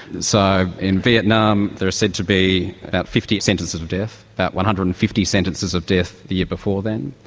so in vietnam there are said to be about fifty sentences of death, about one hundred and fifty sentences of death the year before then.